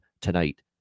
tonight